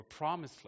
promiseless